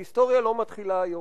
ההיסטוריה לא מתחילה היום.